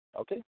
Okay